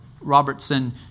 Robertson